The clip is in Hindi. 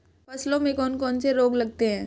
फसलों में कौन कौन से रोग लगते हैं?